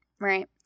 right